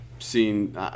seen